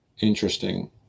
interesting